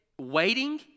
waiting